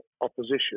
opposition